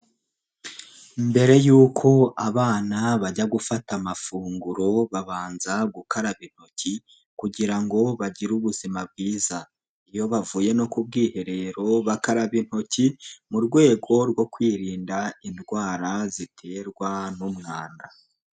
Mbere yuko abana bajya gufata amafunguro, babanza gukaraba intoki kugira ngo bagire ubuzima bwiza, iyo bavuye no ku bwiherero bakaraba intoki mu rwego rwo kwirinda indwara ziterwa n'umwanda.